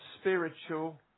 spiritual